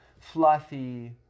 fluffy